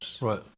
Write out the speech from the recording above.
Right